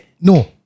no